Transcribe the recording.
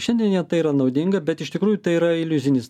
šiandien jiem tai yra naudinga bet iš tikrųjų tai yra iliuzinis